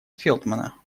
фелтмана